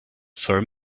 for